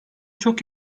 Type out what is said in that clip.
çok